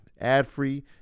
ad-free